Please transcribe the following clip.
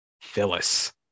Phyllis